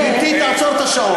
גברתי תעצור את השעון.